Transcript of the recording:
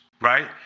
right